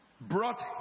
brought